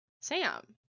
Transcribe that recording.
Sam